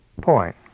Point